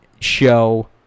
show